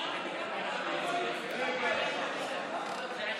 משק המדינה (תיקון מס' 10 והוראת